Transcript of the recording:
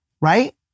right